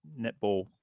netball